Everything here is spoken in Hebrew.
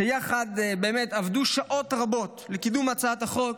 שיחד באמת עבדו שעות רבות לקידום הצעת החוק,